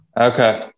Okay